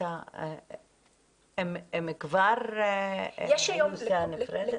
הם כבר סיעה נפרדת?